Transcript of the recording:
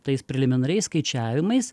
tais preliminariais skaičiavimais